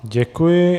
Děkuji.